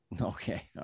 Okay